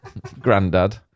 granddad